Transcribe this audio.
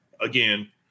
again